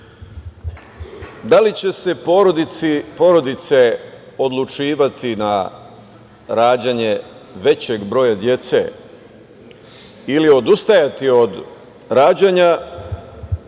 da li će se porodice odlučivati na rađanje većeg broja dece ili odustajati od rađanja,